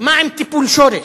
מה עם טיפול שורש?